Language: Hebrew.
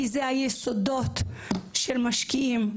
כי זה היסודות של משקיעים,